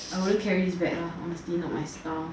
I would'nt carry this bag lah honestly not my style